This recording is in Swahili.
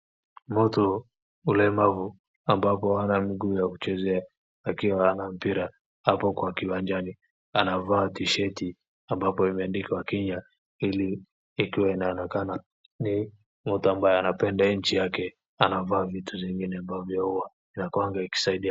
Mtu mlemavu ambapo ana miguu ya kuchezea akiwa ana mpira hapo kwa kiwanjani. Anavaa t-shirti ambapo imeandikwa Kenya ili ikiwa inaonekana ni mtu ambaye anapenda nchi yake. Anavaa vitu zingine ambavyo huwa vinakwanga ikisaidia.